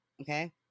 okay